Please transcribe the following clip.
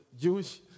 Jewish